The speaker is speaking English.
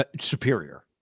superior